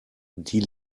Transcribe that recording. die